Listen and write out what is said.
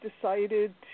decided